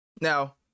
Now